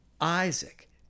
Isaac